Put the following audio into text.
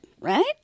right